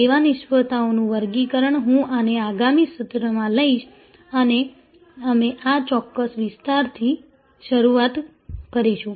સેવા નિષ્ફળતાઓનું વર્ગીકરણ હું આને આગામી સત્રમાં લઈશ અને અમે આ ચોક્કસ વિસ્તારથી શરૂઆત કરીશું